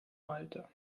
malta